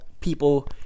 people